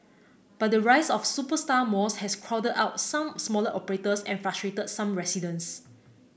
but the rise of superstar malls has crowded out some smaller operators and frustrated some residents